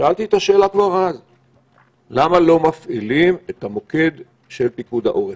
שאלתי - למה לא מפעילים את המוקד של פיקוד העורף,